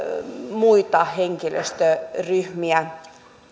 muita henkilöstöryhmiä